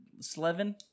Slevin